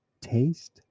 taste